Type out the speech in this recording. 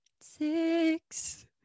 six